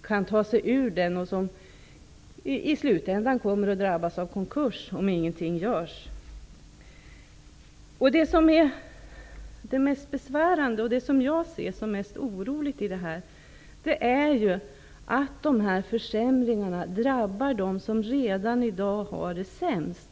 kan ta sig ur. I slutändan kommer de att drabbas av konkurs om ingenting görs. Det mest besvärande och det som jag anser är mest oroligt är att försämringarna drabbar dem som redan i dag har det sämst.